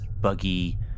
buggy